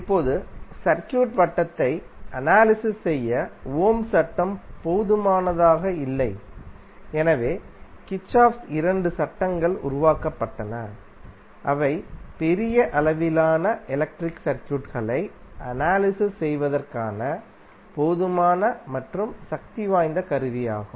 இப்போது சர்க்யூட் வட்டத்தை அனாலிசிஸ் செய்ய ஓம்ஸ் சட்டம் Ohm's law போதுமானதாக இல்லை எனவே கிர்ச்சோஃப்பின் Kirchhoff's இரண்டு சட்டங்கள் உருவாக்கப்பட்டன அவை பெரிய அளவிலான எலக்ட்ரிக் சர்க்யூட் களை அனாலிசிஸ் செய்வதற்கான போதுமான மற்றும் சக்திவாய்ந்த கருவியாகும்